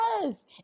Yes